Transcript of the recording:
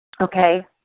Okay